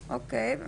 אוקיי.